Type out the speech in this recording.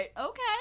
okay